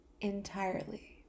entirely